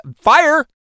fire